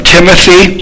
Timothy